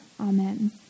Amen